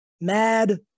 mad